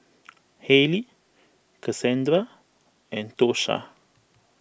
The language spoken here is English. Haley Casandra and Tosha